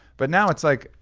but now it's, like,